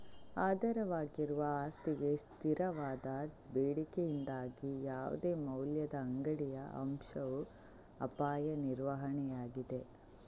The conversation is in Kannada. ಆಧಾರವಾಗಿರುವ ಆಸ್ತಿಗೆ ಸ್ಥಿರವಾದ ಬೇಡಿಕೆಯಿಂದಾಗಿ ಯಾವುದೇ ಮೌಲ್ಯದ ಅಂಗಡಿಯ ಅಂಶವು ಅಪಾಯ ನಿರ್ವಹಣೆಯಾಗಿದೆ